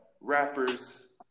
rappers